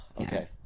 Okay